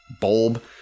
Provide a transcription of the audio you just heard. bulb